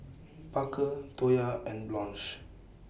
Parker Toya and Blanche